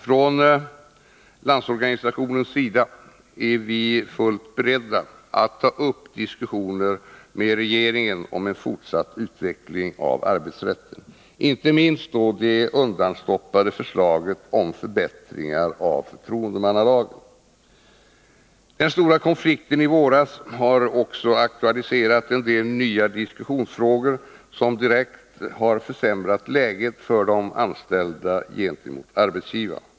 Från Landsorganisationens sida är vi fullt beredda att ta upp diskussioner med regeringen om en fortsatt utveckling av arbetsrätten, inte minst det undanstoppade förslaget om förbättringar av förtroendemannalagen. Den stora konflikten i våras har också aktualiserat en del nya diskussionsfrågor, som direkt har försämrat läget för de anställda gentemot arbetsgivarna.